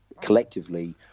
collectively